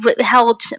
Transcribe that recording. held